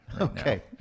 Okay